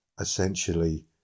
essentially